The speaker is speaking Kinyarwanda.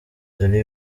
dore